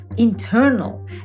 internal